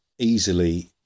easily